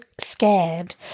scared